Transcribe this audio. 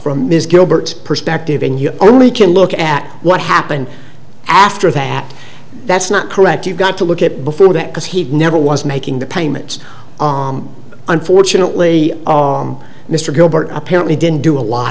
from a ms gilbert's perspective and you only can look at what happened after that that's not correct you've got to look at before that because he never was making the payments unfortunately mr gilbert apparently didn't do a lot